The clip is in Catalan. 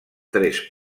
tres